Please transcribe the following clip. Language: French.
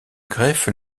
greffe